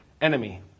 enemy